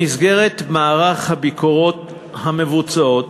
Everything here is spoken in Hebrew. במסגרת מערך הביקורות מבוצעים